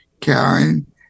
Karen